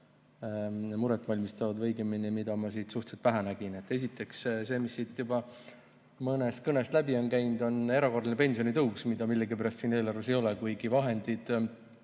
muret valmistavad, või õigemini, millest ma siin suhteliselt vähe kuulsin. Esiteks see, mis juba mõnest kõnest läbi on käinud. Erakorraline pensionitõus, mida millegipärast siin eelarves ei ole, kuigi vahendid